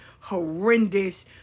horrendous